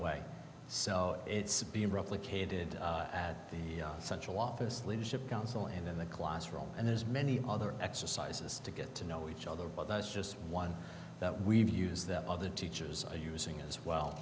way so it's being replicated at the central office leadership council and in the classroom and there's many other exercises to get to know each other but that's just one that we've use that other teachers are using as well